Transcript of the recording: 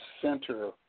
center